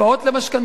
למשכנתאות,